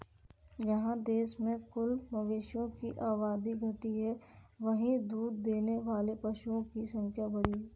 जहाँ देश में कुल मवेशियों की आबादी घटी है, वहीं दूध देने वाले पशुओं की संख्या बढ़ी है